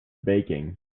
baking